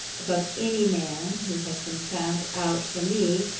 above any man who has been found out for me.